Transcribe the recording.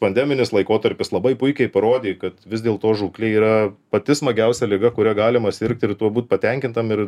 pandeminis laikotarpis labai puikiai parodė kad vis dėl to žūklė yra pati smagiausia liga kuria galima sirgti ir tuo būt patenkintam ir